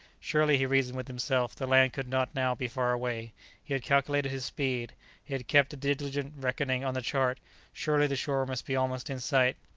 surely, he reasoned with himself, the land could not now be far away he had calculated his speed he had kept a diligent reckoning on the chart surely, the shore must be almost in sight.